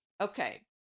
Okay